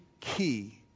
key